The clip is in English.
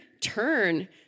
turn